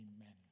Amen